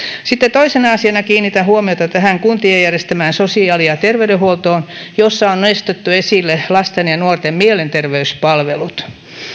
sitten toisena asiana kiinnitän huomiota kuntien järjestämään sosiaali ja terveydenhuoltoon jossa on nostettu esille lasten ja nuorten mielenterveyspalvelut